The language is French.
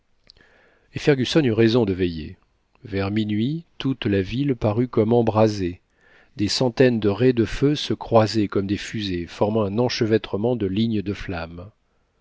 et fergusson eut raison de veiller vers minuit toute la ville parut comme embrasée des centaines de raies de feu se croisaient comme des fusées formant un enchevêtrement de lignes de flamme